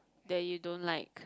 that you don't like